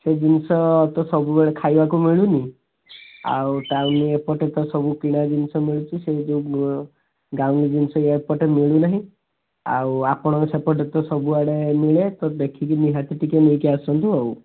ସେ ଜିନିଷ ତ ସବୁବେଳେ ଖାଇବାକୁ ମିଳୁନି ଆଉ ତା ବୋଲି ଏପଟେ ତ ସବୁ କିଣା ଜିନିଷ ମିଳୁଛି ସେ ଯେଉଁ ଗାଉଁଲି ଜିନିଷ ଏପଟେ ମିଳୁ ନାହିଁ ଆଉ ଆପଣଙ୍କ ସେପଟେ ତ ସବୁଆଡେ ମିଳେ ତ ଦେଖିକି ନିହାତି ଟିକେ ନେଇକି ଆସନ୍ତୁ ଆଉ